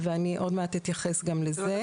ואתייחס גם לזה.